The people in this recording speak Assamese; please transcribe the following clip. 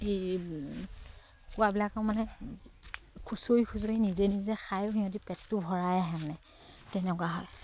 এই খোৱাবিলাকো মানে খুচৰি খুচৰি নিজে নিজে খাইও সিহঁতি পেটটো ভৰাই আহে মানে তেনেকুৱা হয়